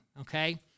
Okay